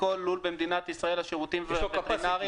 לכל לול במדינת ישראל, השירותים הווטרינרים